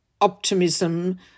optimism